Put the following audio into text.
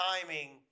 timing